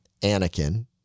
Anakin